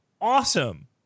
awesome